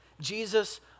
Jesus